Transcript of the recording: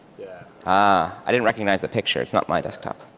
ah i didn't recognize the picture. it's not my desktop.